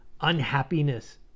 unhappiness